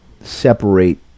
separate